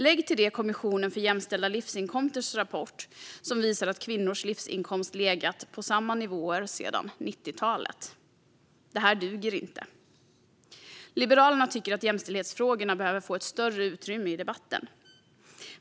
Lägg till detta Kommissionen för jämställda livsinkomsters rapport, som visar att kvinnors livsinkomst legat på samma nivåer sedan 90-talet. Det här duger inte. Liberalerna tycker att jämställdhetsfrågorna behöver få ett större utrymme i debatten.